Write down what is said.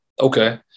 Okay